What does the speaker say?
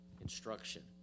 instruction